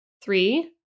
Three